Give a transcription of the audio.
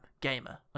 gamer